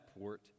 port